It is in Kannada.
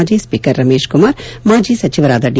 ಮಾಜಿ ಸ್ಪೀಕರ್ ರಮೇಶ್ ಕುಮಾರ್ ಮಾಜಿ ಸಚಿವರಾದ ಡಿ